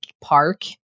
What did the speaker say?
park